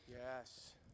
Yes